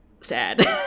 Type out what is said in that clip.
sad